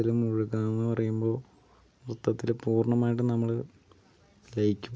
നൃത്തത്തില് മുഴുകാന്ന് പറയുമ്പോൾ നൃത്തത്തില് പൂർണ്ണമായിട്ടും നമ്മള് ലയിക്കും